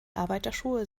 arbeiterschuhe